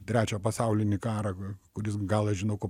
trečią pasaulinį karą kur kuris galas žino ko